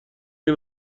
این